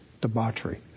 debauchery